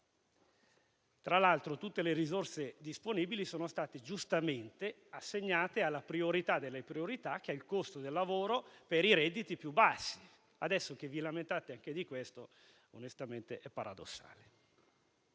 Tra l'altro, tutte le risorse disponibili sono state giustamente assegnate alla priorità delle priorità, che è il costo del lavoro per i redditi più bassi. Ora, che vi lamentiate anche di questo è onestamente paradossale!